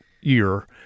year